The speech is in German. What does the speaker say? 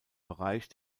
bereich